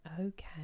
Okay